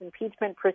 impeachment